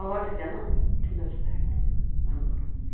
হ'ব তেতিয়া নহ্ ঠিক আছে হ'ব